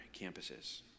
campuses